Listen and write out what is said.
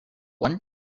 one